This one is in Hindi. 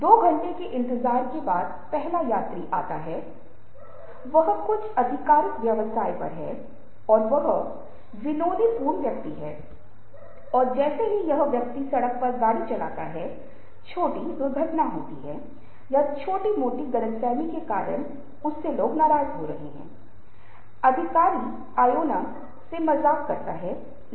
मैं अपने प्रयासों में बहुत ईमानदार और ऊर्जावान हो सकता हूं लेकिन एक ही समय में हमें अपने साथियों के साथ अपने समूहों के साथ अपने सहयोगियों के साथ काम करने की समझ और आदतें विकसित करनी होंगी